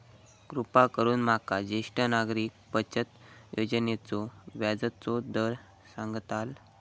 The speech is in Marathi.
कृपा करून माका ज्येष्ठ नागरिक बचत योजनेचो व्याजचो दर सांगताल